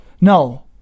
No